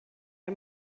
der